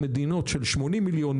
מדינות של שמונים מיליון,